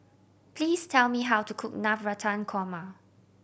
please tell me how to cook Navratan Korma